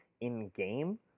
in-game